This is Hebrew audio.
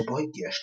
שבו הגיעה שלישית.